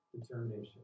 Determination